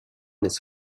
his